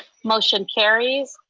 motion carries.